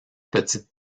petites